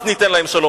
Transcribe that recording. אז ניתן להם שלום.